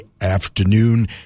afternoon